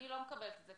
אני לא מקבלת את זה,